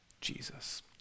Jesus